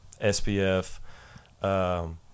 SPF